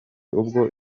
ubwo